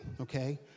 okay